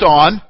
on